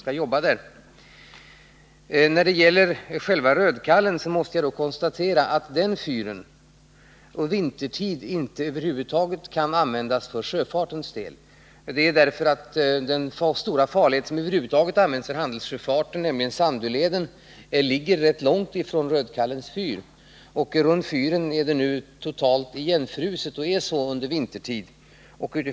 När det gäller Rödkallen måste jag konstatera att den fyren för sjöfartens del över huvud taget inte kan användas vintertid. Den stora farled som används för handelssjöfarten, Sandöleden, ligger rätt långt från Rödkallens fyr. Runt fyren är det nu helt igenfruset och förblir så under vintern.